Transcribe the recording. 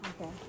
Okay